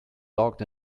locked